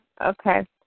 Okay